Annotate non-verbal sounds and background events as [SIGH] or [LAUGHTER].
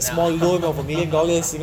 nah [LAUGHS]